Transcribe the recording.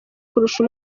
kurusha